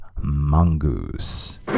mongoose